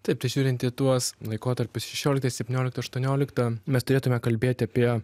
taip tai žiūrint į tuos laikotarpius šešioliktą septynioliktą aštuonioliktą mes turėtume kalbėti apie